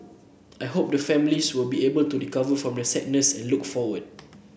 I hope the families will be able to recover from their sadness and look forward